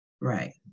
right